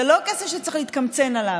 זה לא כסף שצריך להתקמצן עליו.